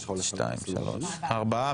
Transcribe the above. ארבעה.